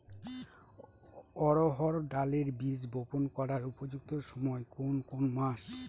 অড়হড় ডালের বীজ বপন করার উপযুক্ত সময় কোন কোন মাস?